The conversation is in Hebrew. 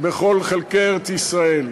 בכל חלקי ארץ-ישראל.